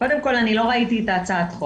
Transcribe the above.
את מתעסקת בנושאים האלה אז את יודעת שלאורך השנים